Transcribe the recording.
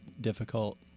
difficult